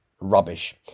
rubbish